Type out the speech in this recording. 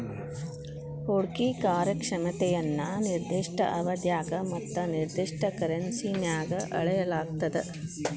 ಹೂಡ್ಕಿ ಕಾರ್ಯಕ್ಷಮತೆಯನ್ನ ನಿರ್ದಿಷ್ಟ ಅವಧ್ಯಾಗ ಮತ್ತ ನಿರ್ದಿಷ್ಟ ಕರೆನ್ಸಿನ್ಯಾಗ್ ಅಳೆಯಲಾಗ್ತದ